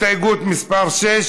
הסתייגות מס' 6,